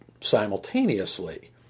simultaneously